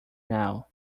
now